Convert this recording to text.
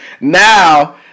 now